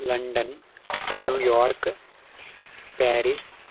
London New York Paris